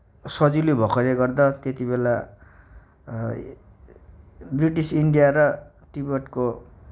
सजिलो भएकोले गर्दा त्यतिबेला ब्रिटिस इन्डिया र तिब्बतको